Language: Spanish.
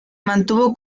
mantuvo